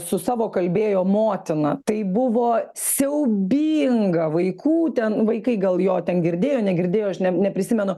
su savo kalbėjo motina tai buvo siaubinga vaikų ten vaikai gal jo ten girdėjo negirdėjo aš ne neprisimenu